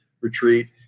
retreat